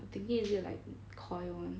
I thinking is it like KOI [one]